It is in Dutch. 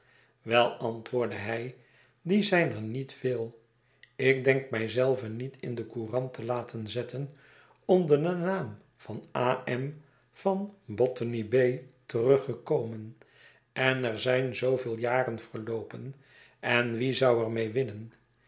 wel antwoordde hij die zijn er niet veel ik denk mij zelven niet in de courant te laten zetten onder den naam van a m van botany baai teruggekomen en er zijn zooveel jaren verloopen en wie zou er mee winnen